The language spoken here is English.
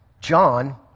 John